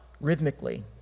rhythmically